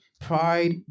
pride